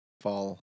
fall